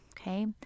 okay